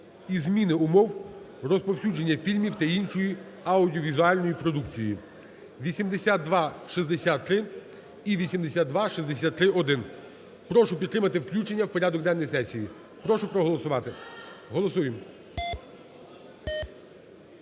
і зміни умов розповсюдження фільмів та іншої аудіовізуальної продукції (8263 і 8263-1). Прошу підтримати включення в порядок денний сесії, прошу проголосувати, голосуємо.